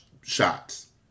shots